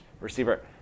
receiver